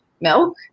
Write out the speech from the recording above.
milk